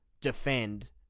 defend